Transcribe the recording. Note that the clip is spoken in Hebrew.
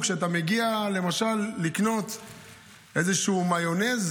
כשאתה מגיע למשל לקנות איזשהו מיונז,